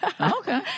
Okay